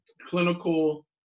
clinical